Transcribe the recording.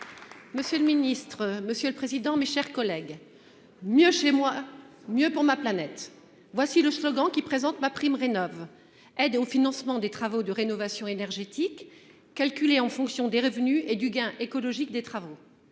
Monsieur le ministre, monsieur le président, mes chers collègues mieux chez moi mieux pour ma planète, voici le slogan qui présente MaPrimeRénov aider au financement des travaux de rénovation énergétique calculé en fonction des revenus et du gain écologique des travaux.